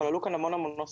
אבל עלו כאן המון נושאים,